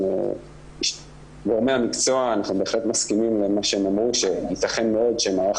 אנחנו בהחלט מסכימים למה שאמרו גורמי המקצוע שייתכן מאוד שמערך